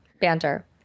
Banter